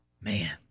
Man